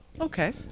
okay